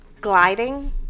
gliding